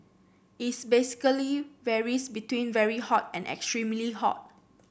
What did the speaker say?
its basically varies between very hot and extremely hot